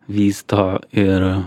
vysto ir